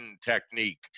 technique